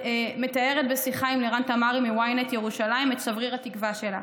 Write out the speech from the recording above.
שמתארת בשיחה עם לירן תמרי מ-ynet ירושלים את שבריר התקווה שלה: